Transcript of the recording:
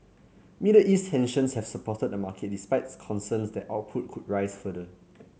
Middle East tensions have supported the market despite concerns that output could rise further